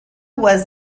was